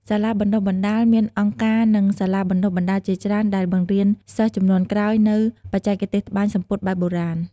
សាលាបណ្ដុះបណ្ដាល មានអង្គការ និងសាលាបណ្ដុះបណ្ដាលជាច្រើនដែលបង្រៀនសិស្សជំនាន់ក្រោយនូវបច្ចេកទេសត្បាញសំពត់បែបបុរាណ។